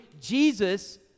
Jesus